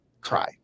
cry